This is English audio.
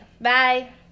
bye